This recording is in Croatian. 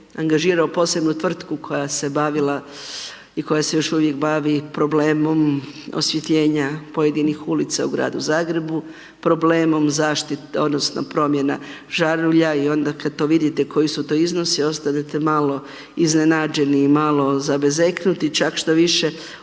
angažirao posebnu tvrtku koja se bavila i koja se još uvije bavi problemom osvjetljenja pojedinih ulica u Gradu Zagrebu, problemom promjena žarulja i onda kad vidite koji su to iznosi, ostanete malo iznenađeni i malo zabezeknuti, čak štoviše, ova jedna